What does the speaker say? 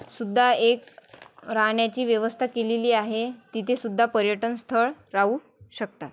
सुद्धा एक राहण्याची व्यवस्था केलेली आहे तिथेसुद्धा पर्यटनस्थळ राहू शकतात